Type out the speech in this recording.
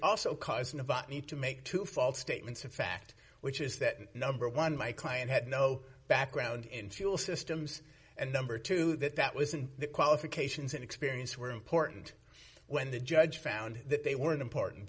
avant need to make to false statements of fact which is that number one my client had no background in fuel systems and number two that that was in the qualifications and experience were important when the judge found that they weren't important